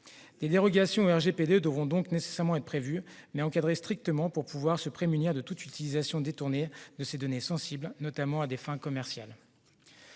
Des dérogations au RGPD devront donc être prévues, mais il faut qu'elles soient encadrées strictement pour nous prémunir de toute utilisation détournée de ces données sensibles, notamment à des fins commerciales.